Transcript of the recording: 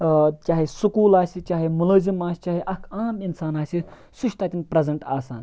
چاہے سُکوٗل آسہِ چاہے مُلٲزِم آسہِ چاہے اکھ عام اِنسان آسہِ سُہ چھُ تَتیٚن پریٚزَنٹ آسان